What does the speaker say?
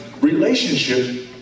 relationship